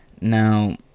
Now